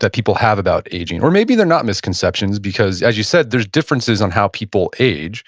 that people have about aging. or maybe they're not misconceptions, because as you said, there's differences on how people age.